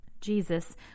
Jesus